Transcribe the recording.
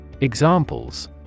Examples